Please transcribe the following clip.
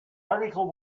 article